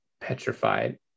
petrified